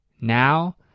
Now